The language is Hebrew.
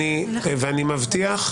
ואני מבטיח,